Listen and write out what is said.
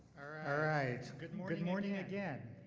alright, good morning morning again